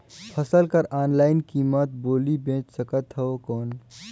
फसल कर ऑनलाइन कीमत बोली बेच सकथव कौन?